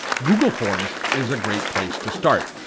google forms is a great place to start.